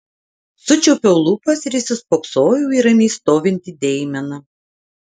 sučiaupiau lūpas ir įsispoksojau į ramiai stovintį deimeną